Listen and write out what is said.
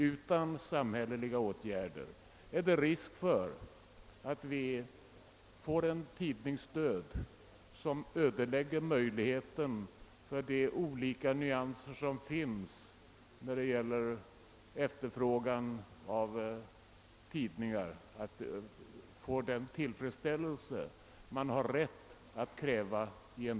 Utan samhälleliga åtgärder är det risk för att vi får en tidningsdöd som ödelägger möjligheten att tillgodose de krav man har rätt att ställa i en demokrati på att efterfrågan på tidningar av olika nyanser kan tillfredsställas.